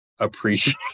Appreciate